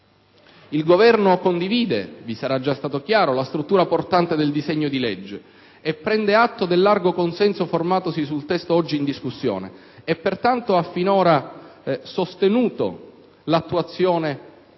Il Governo condivide - vi sarà già stato chiaro - la struttura portante del disegno di legge e prende atto del largo consenso formatosi sul testo oggi in discussione. Per questo motivo ha finora sostenuto l'attuazione di